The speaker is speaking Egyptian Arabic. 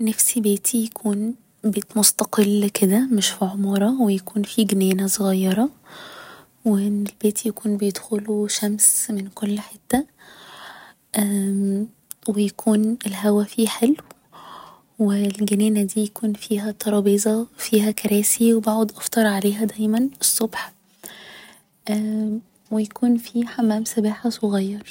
نفسي بيتي يكون بيت مستقل كده مش في عمارة و يكون فيه جنينة صغيرة و البيت يكون بيدخله شمس من كل حتة و يكون الهوا فيه حلو و الجنينة دي يكون فيها ترابيزة فيها كراسي و بقعد افطر عليها دايما الصبح و يكون في حمام سباحة صغير